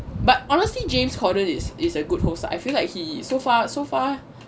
but honestly james corden is is a good host I feel like he so far so far